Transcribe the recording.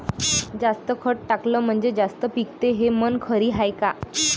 जास्त खत टाकलं म्हनजे जास्त पिकते हे म्हन खरी हाये का?